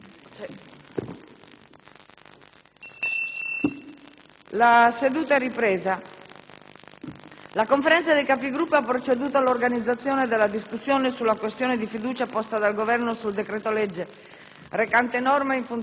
finestra"). Colleghi, la Conferenza dei Capigruppo ha proceduto all'organizzazione della discussione sulla questione di fiducia posta dal Governo sul decreto-legge recante norme in funzione anticrisi, nel testo approvato dalla Camera dei deputati.